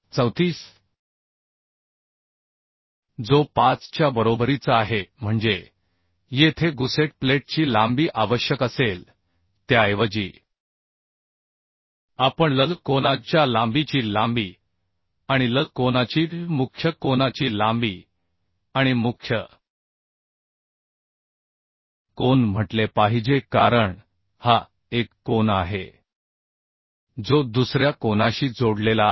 34 जो 5 च्या बरोबरीचा आहे म्हणजे येथे गुसेट प्लेटची लांबी आवश्यक असेल त्याऐवजी आपण लज कोनाच्या लांबीची लांबी आणि लज कोनाची मुख्य कोनाची लांबी आणि मुख्य कोन म्हटले पाहिजे कारण हा एक कोन आहे जो दुसर्या कोनाशी जोडलेला आहे